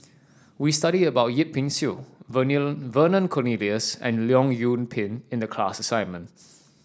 we studied about Yip Pin Xiu Vernon Cornelius and Leong Yoon Pin in the class assignment